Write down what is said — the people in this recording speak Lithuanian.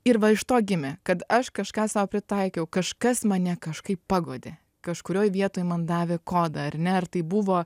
ir va iš to gimė kad aš kažką sau pritaikiau kažkas mane kažkaip paguodė kažkurioj vietoj man davė kodą ar ne ir tai buvo